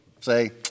say